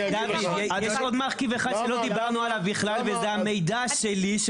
יש עוד מרכיב אחד שלא דיברנו עליו בכלל וזה המידע שלי,